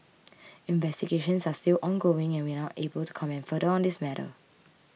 investigations are still ongoing and we are not able to comment further on this matter